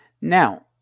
Now